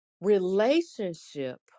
relationship